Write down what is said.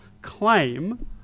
claim